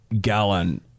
Gallon